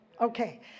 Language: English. Okay